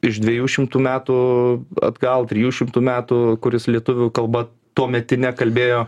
iš dviejų šimtų metų atgal trijų šimtų metų kuris lietuvių kalba tuometine kalbėjo